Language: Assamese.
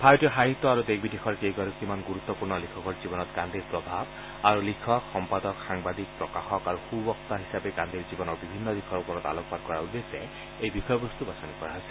ভাৰতীয় সাহিত্য আৰু দেশ বিদেশৰ কেইগৰাকীমান গুৰুত্পূৰ্ণ লিখকৰ জীৱনত গান্ধীৰ প্ৰভাৱ আৰু লিখক সম্পাদক সাংবাদিক প্ৰকাশক আৰু সুবক্তা হিচাপে গান্ধীৰ জীৱনৰ বিভিন্ন দিশৰ ওপৰত আলোকপাত কৰাৰ উদ্দেশ্যে এই বিষয়বস্তু বাছনি কৰা হৈছে